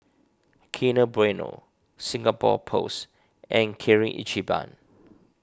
Kinder Bueno Singapore Post and Kirin Ichiban